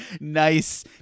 nice